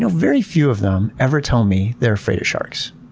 ah very few of them ever tell me they're afraid of sharks.